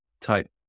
Type